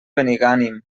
benigànim